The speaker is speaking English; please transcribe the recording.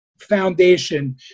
foundation